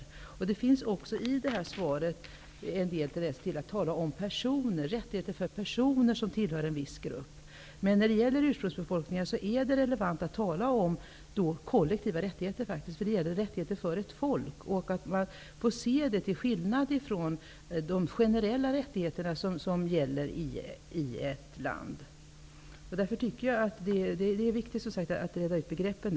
I detta svar finns det också en del tendenser till att tala om rättigheter för personer som tillhör en viss grupp. När det gäller ursprungsbefolkningar är det relevant att tala om kollektiva rättigheter, eftersom det gäller rättigheter för ett folk. Det måste skiljas från de generella rättigheter som gäller i ett land. Därför är det viktigt att reda ut begreppen.